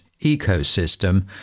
ecosystem